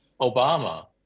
Obama